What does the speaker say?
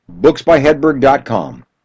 booksbyhedberg.com